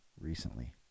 recently